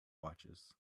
watches